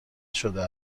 شده